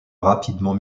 rapidement